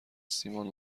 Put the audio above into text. سیمان